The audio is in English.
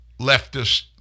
leftist